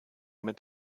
mit